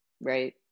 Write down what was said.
right